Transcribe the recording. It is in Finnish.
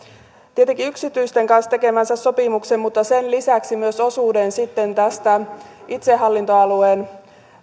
tietenkin yksityisten kanssa tekemänsä sopimuksen myös sen lisäksi osuuden sitten itsehallintoalueen